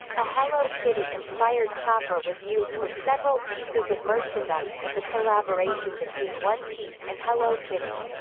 a hello kitty-inspired chopper was used for several pieces of merchandise as a collaboration between one piece and hello kitty.